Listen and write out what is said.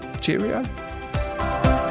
cheerio